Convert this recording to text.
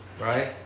Right